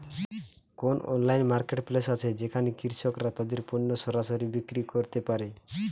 কোন online marketplace আছে যেখানে কৃষকরা তাদের পণ্য সরাসরি বিক্রি করতে পারে?